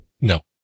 No